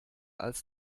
als